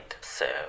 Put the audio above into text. serve